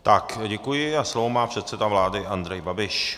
Tak, děkuji a slovo má předseda vlády Andrej Babiš.